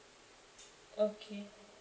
okay